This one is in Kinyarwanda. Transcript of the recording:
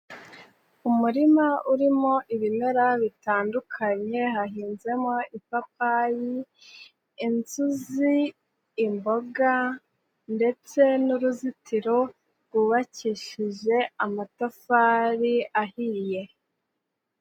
Umurima urimo ibimera bitandukanye, hahinzemo ipapayi, inzuzi, imboga ndetse n'uruzitiro rwubakishije amatafari ahiye.